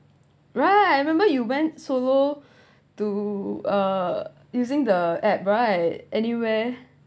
right I remember you went solo to uh using the app right anywhere